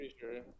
sure